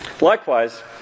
Likewise